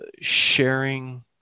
sharing